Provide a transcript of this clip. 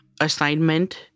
assignment